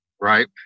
right